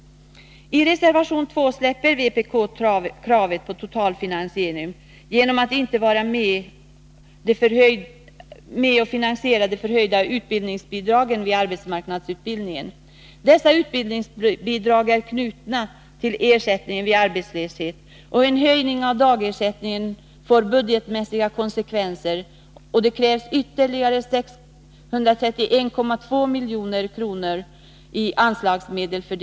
I reservation 2 släpper emellertid vpk kravet på totalfinansiering genom att inte vara med om att finansiera de förhöjda utbildningsbidragen vid arbetsmarknadsutbildningen. Dessa utbildningsbidrag är knutna till ersättningen vid arbetslöshet, och en höjning av dagersättningen får budgetmässiga konsekvenser. Det krävs ytterligare 631,2 milj.kr. i anslagsmedel härför.